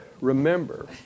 remember